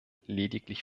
lediglich